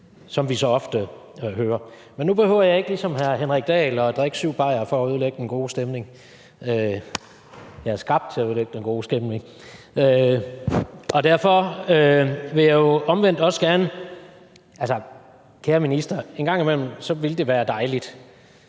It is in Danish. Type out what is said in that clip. som vi så ofte hører. Nu behøver jeg ikke ligesom hr. Henrik Dahl at drikke syv bajere for at ødelægge den gode stemning. Jeg er skabt til at ødelægge den gode stemning. Kære minister, en gang imellem ville det være dejligt,